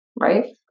right